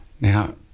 Now